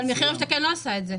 אבל מחיר למשתכן לא עשה את זה.